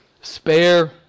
spare